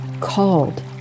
called